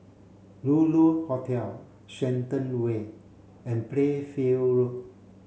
Lulu Hotel Shenton Way and Playfair Road